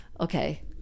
okay